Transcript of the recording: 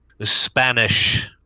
Spanish